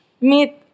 meet